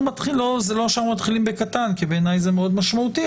זה לא שאנחנו מתחילים בקטן כי בעיניי זה מאוד משמעותי,